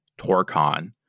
TorCon